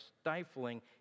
stifling